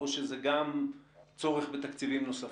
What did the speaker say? או שזה גם צורך בתקציבים נוספים?